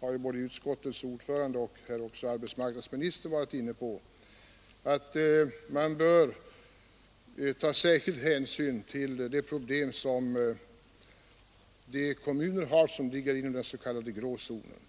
har också både utskottets ordförande och herr arbetsmarknadsministern varit inne på — att man bör ta särskild hänsyn till problemen hos de kommuner som ligger inom den s.k. ”grå zonen”.